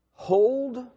Hold